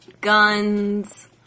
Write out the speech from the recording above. guns